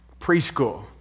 preschool